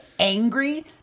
angry